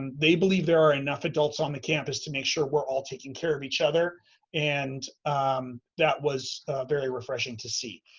and they believe there are enough adults on the campus to make sure we're all taking care of each other and that was very refreshing to see.